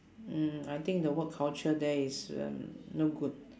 mm I think the work culture there is uh no good